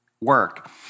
work